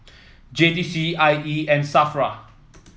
J T C I E and Safra